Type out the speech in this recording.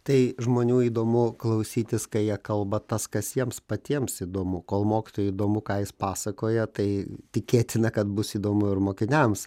tai žmonių įdomu klausytis kai jie kalba tas kas jiems patiems įdomu kol mokytojui įdomu ką jis pasakoja tai tikėtina kad bus įdomu ir mokiniams